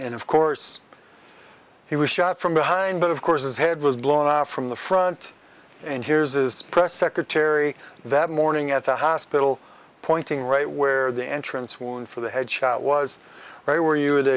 and of course he was shot from behind but of course his head was blown out from the front and here's his press secretary that morning at the hospital pointing right where the entrance wound for the head shot was right where you